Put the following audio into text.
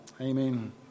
Amen